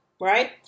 right